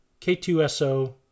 K2SO